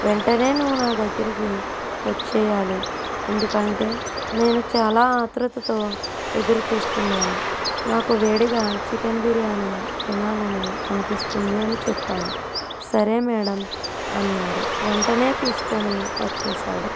వెంటనే నువ్వు నా దగ్గరకి వచ్చేయాలి ఎందుకంటే నేను చాలా ఆతృతతో ఎదురు చూస్తున్నాను నాకు వేడిగా చికెన్ బిర్యానీ తినాలని అనిపిస్తుంది అని చెప్పాను సరే మ్యాడం అన్నాడు వెంటనే తీసుకుని వచ్చేశాడు